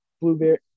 Blueberry